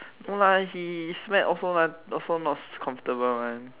no lah he slept also mah also not comfortable mah